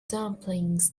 dumplings